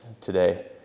today